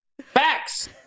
Facts